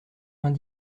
vingt